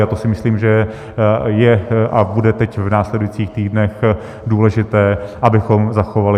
A to si myslím, že je a bude teď v následujících týdnech důležité, abychom zachovali.